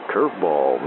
Curveball